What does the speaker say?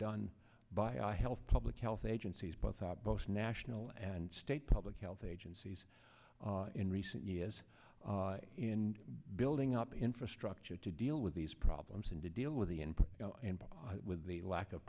done by health public health agencies both up both national and state public health agencies in recent years in building up infrastructure to deal with these problems and to deal with the input with the lack of